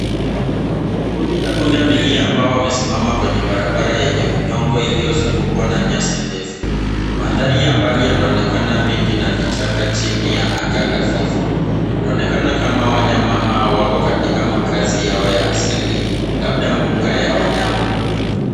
Kundi la pundamilia ambao wamesimama kwenye barabara yenye udongo uliozungukwa na nyasi ndefu. Mandhari ya mbali yanaonekana miti na vichaka chini ya anga hafifu . Inaonekana kama wanyama hao wako katika makazi yao ya asili, labda mbuga ya wanyama.